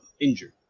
injured